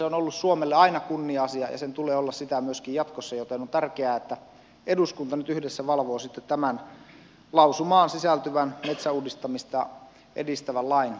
se on ollut suomelle aina kunnia asia ja sen tulee olla sitä myöskin jatkossa joten on tärkeää että eduskunta yhdessä valvoo tämän lausumaan sisältyvän metsäuudistamista edistävän lain valmistelun